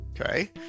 okay